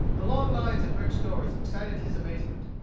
the long lines of brick stores excited his amazement.